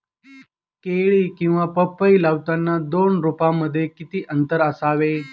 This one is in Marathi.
केळी किंवा पपई लावताना दोन रोपांमध्ये किती अंतर असावे?